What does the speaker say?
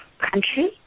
country